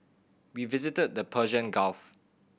we visited the Persian Gulf